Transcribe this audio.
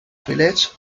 filets